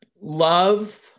love